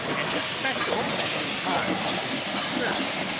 and especial when his mind is disturbed.